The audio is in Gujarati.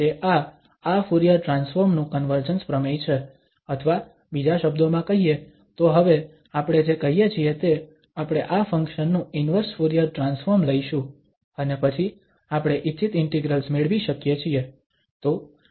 તે આ આ ફુરીયર ટ્રાન્સફોર્મ નું કન્વર્જન્સ પ્રમેય છે અથવા બીજા શબ્દોમાં કહીએ તો હવે આપણે જે કહીએ છીએ તે આપણે આ ફંક્શન નું ઇન્વર્સ ફુરીયર ટ્રાન્સફોર્મ લઈશું અને પછી આપણે ઇચ્છિત ઇન્ટિગ્રલ્સ મેળવી શકીએ છીએ